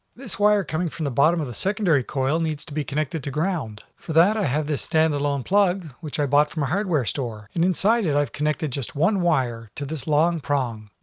this wire coming from the bottom of the secondary coil needs to be connected to ground. for that i have this standalone plug which i bought from a hardware store, and inside it i've connected just one wire to this long prong,